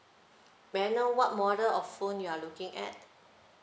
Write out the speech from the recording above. may I know what model of phone you're looking at